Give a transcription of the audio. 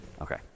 Okay